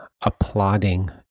applauding